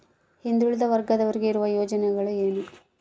ಹಿಂದುಳಿದ ವರ್ಗದವರಿಗೆ ಇರುವ ಯೋಜನೆಗಳು ಏನು?